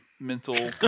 Mental